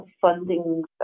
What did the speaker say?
funding